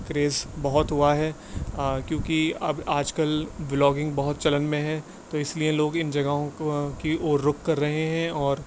craze بہت ہوا ہے کیونکہ اب آج کل ولاگنگ بہت چلن میں ہے تو اس لیے لوگ ان جگہوں کی اور رخ کر رہے ہیں اور